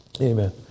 Amen